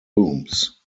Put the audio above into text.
rooms